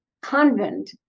Convent